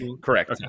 correct